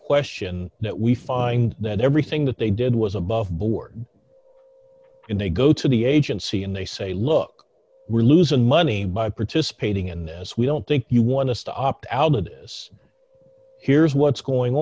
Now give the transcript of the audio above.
question that we find that everything that they did was above board and they go to the agency and they say look we're losing money by participating in this we don't think you want to stop out of this here's what's going